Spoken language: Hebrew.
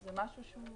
זה משהו שהוא